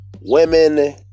Women